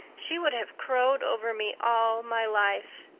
she would have crowed over me all my life.